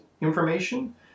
information